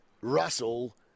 Russell